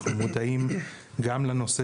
אנחנו מודעים גם לנושא